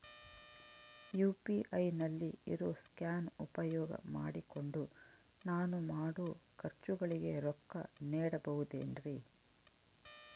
UPI ನಲ್ಲಿ ಇರೋ scan ಉಪಯೋಗ ಮಾಡಿಕೊಂಡು ನಾನು ಮಾಡೋ ಖರ್ಚುಗಳಿಗೆ ರೊಕ್ಕ ನೇಡಬಹುದೇನ್ರಿ?